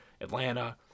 Atlanta